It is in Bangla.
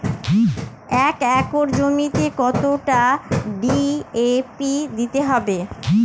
এক একর জমিতে কতটা ডি.এ.পি দিতে হবে?